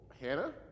Hannah